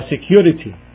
security